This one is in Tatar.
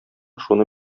шуны